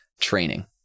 training